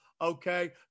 okay